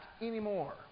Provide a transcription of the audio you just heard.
anymore